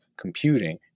computing